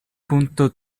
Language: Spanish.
punto